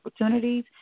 opportunities